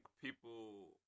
people